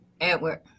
Edward